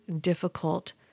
difficult